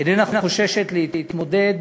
הכנסת איננה חוששת להתמודד